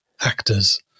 actors